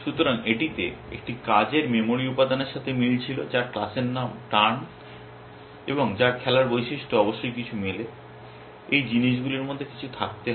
সুতরাং এটিতে একটি কাজের মেমরি উপাদানের সাথে মিল ছিল যার ক্লাসের নাম টার্ন এবং যার খেলার বৈশিষ্ট্য অবশ্যই কিছু মেলে এই জিনিসগুলির মধ্যে কিছু থাকতে হবে